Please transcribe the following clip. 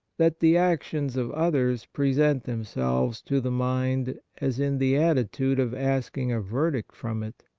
that the actions of others present themselves to the mind as in the attitude of asking a verdict from it.